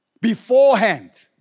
beforehand